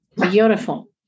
Beautiful